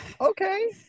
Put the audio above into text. okay